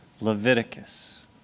leviticus